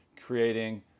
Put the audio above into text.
creating